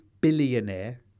billionaire